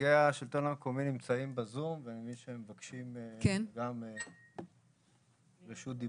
נציגי השלטון המקומי נמצאים בזום ואני מבין שהם מבקשים גם רשות דיבור.